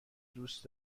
دوست